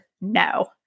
no